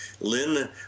Lynn